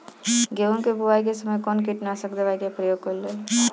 गेहूं के बोआई के समय कवन किटनाशक दवाई का प्रयोग कइल जा ला?